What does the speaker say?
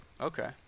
Okay